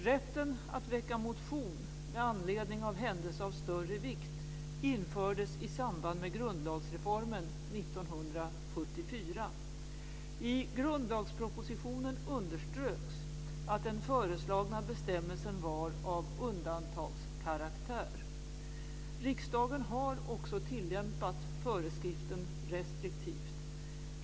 Rätten att väcka motion med anledning av händelse av större vikt infördes i samband med grundlagsreformen 1974. I grundlagspropositionen underströks att den föreslagna bestämmelsen var av undantagskaraktär. Riksdagen har också tillämpat föreskriften restriktivt.